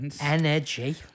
Energy